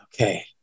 Okay